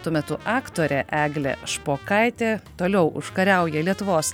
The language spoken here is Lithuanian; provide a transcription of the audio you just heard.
tuo metu aktorė eglė špokaitė toliau užkariauja lietuvos